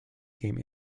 came